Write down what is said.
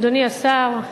אדוני השר,